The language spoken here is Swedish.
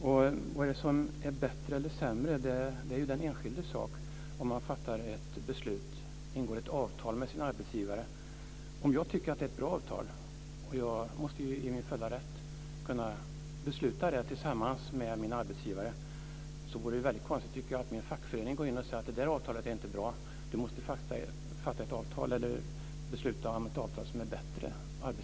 Vad som är bättre eller sämre är den enskildes sak att avgöra om han eller hon ingår ett avtal med sin arbetsgivare. Jag måste vara i min fulla rätt att besluta om det tillsammans med min arbetsgivare. Då vore det väldigt konstigt, tycker jag, om min fackförening gick in och sade att avtalet inte var bra och att arbetsgivaren måste besluta om ett avtal som är bättre.